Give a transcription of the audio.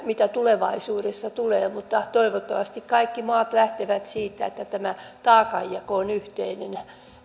mitä tulevaisuudessa tulee mutta toivottavasti kaikki maat lähtevät siitä että tämä taakanjako on yhteinen